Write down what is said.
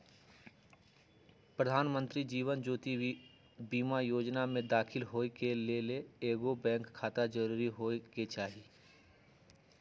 प्रधानमंत्री जीवन ज्योति बीमा जोजना में दाखिल होय के लेल एगो बैंक खाता जरूरी होय के चाही